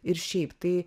ir šiaip tai